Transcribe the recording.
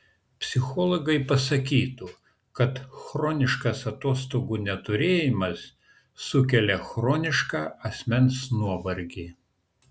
psichologai pasakytų kad chroniškas atostogų neturėjimas sukelia chronišką asmens nuovargį